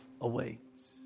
awaits